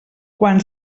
quan